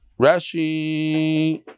Rashi